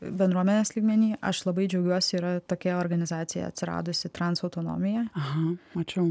bendruomenės lygmeny aš labai džiaugiuosi yra tokia organizacija atsiradusi transo autonomija aha mačiau